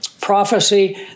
prophecy